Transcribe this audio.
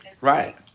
Right